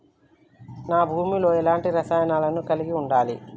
నా భూమి లో ఎలాంటి రసాయనాలను కలిగి ఉండాలి?